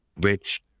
Rich